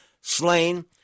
Slain